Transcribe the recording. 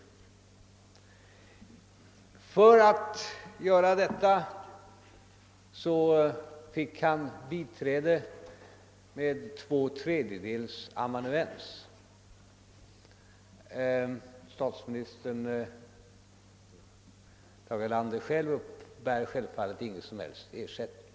För att göra detta fick han biträde med två tredjedels amanuens; Tage Erlander själv uppbär självfallet ingen som helst ersättning.